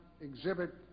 Exhibit